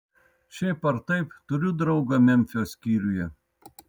šiaip ar taip turiu draugą memfio skyriuje